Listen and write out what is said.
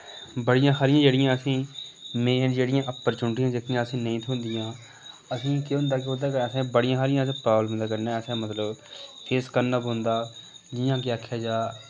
बड़ियां हरियां जेह्ड़ियां असें मेन जेह्ड़ियां ओप्पर्चुनिटियां जेह्कियां असें नेईं थ्होंदियां असें केह् होंदा कि ओह्दा असें बड़ियां हारियां असें प्राब्लमां कन्नै असें मतलब फेस करने पौंदा जि'यां कि आखेआ जा